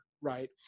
Right